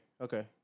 okay